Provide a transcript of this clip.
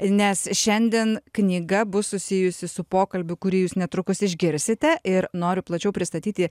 nes šiandien knyga bus susijusi su pokalbiu kurį jūs netrukus išgirsite ir noriu plačiau pristatyti